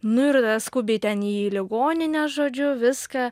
nu ir tada skubiai ten į ligoninę žodžiu viską